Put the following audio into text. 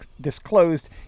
disclosed